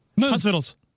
Hospitals